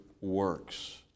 works